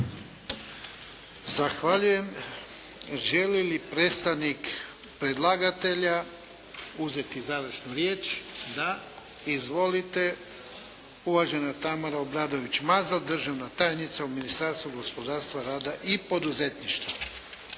Zahvaljujem. Želi li predstavnik predlagatelja uzeti završnu riječ? Izvolite. Uvažena Tamara Obradović Mazal državna tajnica u Ministarstva gospodarstva, rada i poduzetništva.